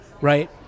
right